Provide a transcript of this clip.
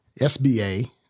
SBA